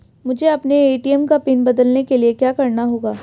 मुझे अपने ए.टी.एम का पिन बदलने के लिए क्या करना होगा?